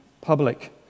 public